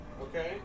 Okay